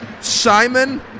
Simon